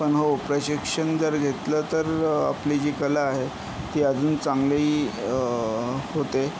पण हो प्रशिक्षण जर घेतलंं तर आपली जी कला आहे ती अजून चांगली होते